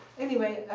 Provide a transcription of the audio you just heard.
anyway,